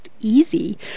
easy